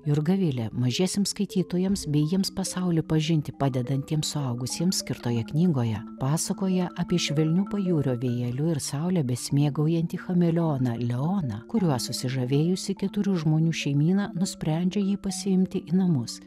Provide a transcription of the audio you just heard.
jurga vilė mažiesiems skaitytojams bei jiems pasaulį pažinti padedantiems suaugusiems skirtoje knygoje pasakoja apie švelniu pajūrio vėjeliu ir saule besimėgaujantį chameleoną leoną kuriuo susižavėjusi keturių žmonių šeimyna nusprendžia jį pasiimti į namus